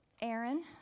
Aaron